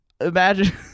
imagine